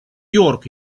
йорк